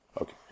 Okay